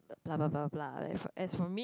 blah blah blah blah blah as for me